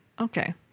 Okay